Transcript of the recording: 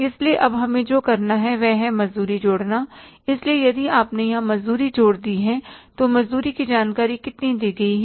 इसमें अब हमें जो करना है वह है मजदूरी जोड़ना इसलिए यदि आपने यहां मजदूरी जोड़ दी है तो मजदूरी की जानकारी कितनी दी गई है